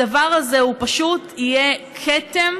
הדבר הזה פשוט יהיה כתם